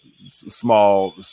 small